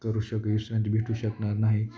करू शकू अ भेटू शकणार नाही